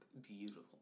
beautiful